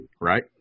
right